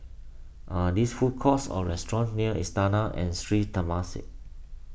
are these food courts or restaurants near Istana and Sri Temasek